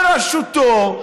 בראשותו,